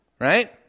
Right